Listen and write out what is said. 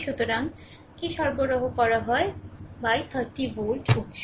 সুতরাং কী সরবরাহ করা হয় 30 ভোল্ট উত্স